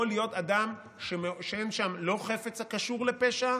יכול להיות שאין שם חפץ הקשור לפשע